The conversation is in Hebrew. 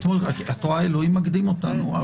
את רואה, אלוהים מקדים אותנו.